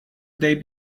day